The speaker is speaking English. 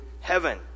heaven